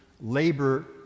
labor